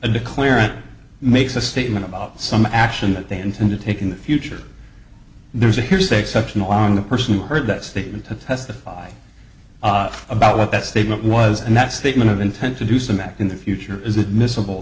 a declarant makes a statement about some action that they intend to take in the future there's a hearsay exception along the person who heard that statement to testify about what that statement was and that statement of intent to do some act in the future is admissible